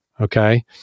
Okay